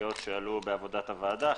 המרכזיות שעלו בעבודת הוועדה,